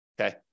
okay